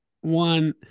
one